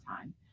time